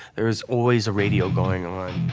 there was always a radio going on